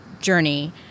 journey